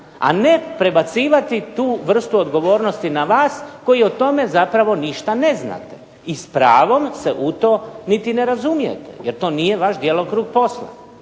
a ne prebacivati tu vrstu odgovornosti na vas koji o tome zapravo ništa ne znate i s pravom se u to niti ne razumijete, jer to nije vaš djelokrug posla.